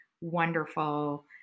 wonderful